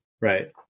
Right